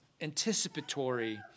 anticipatory